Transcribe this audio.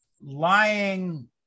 lying